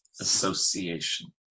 association